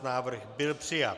Návrh byl přijat.